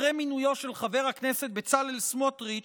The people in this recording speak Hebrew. אחרי מינוי של חבר הכנסת בצלאל סמוטריץ'